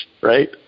right